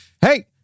hey